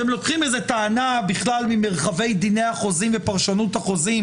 אתם לוקחים טענה ממרחבי דיני החוזים ופרשנות החוזים,